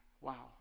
wow